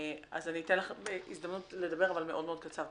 אז אני אתן לך הזדמנות לדבר, אבל מאוד מאוד בקצרה.